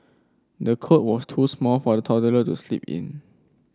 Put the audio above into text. the cot was too small for the toddler to sleep in